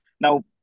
Now